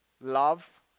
love